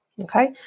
Okay